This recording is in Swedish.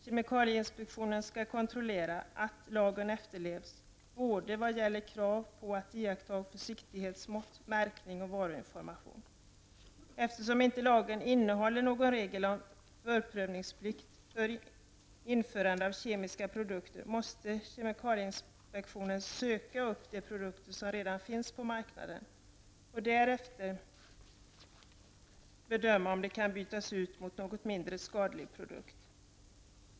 Kemikalieinspektionen skall kontrollera att lagen efterlevs både vad gäller krav på att iaktta försiktighetsmått, märkning och varuinformation. Eftersom inte lagen innehåller någon regel om förprövningsplikt för införande av kemiska produkter, måste kemikalieinspektionen ''söka upp'' de produkter som redan finns på marknaden och därefter bedöma om de kan bytas ut mot någon mindre skadlig produkt.